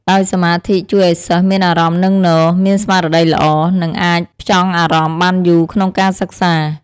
ដោយសមាធិជួយឲ្យសិស្សមានអារម្មណ៍នឹងនរ មានស្មារតីល្អ និងអាចផ្ចង់អារម្មណ៍បានយូរក្នុងការសិក្សា។